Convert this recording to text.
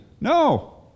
No